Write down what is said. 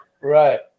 Right